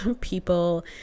people